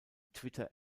twitter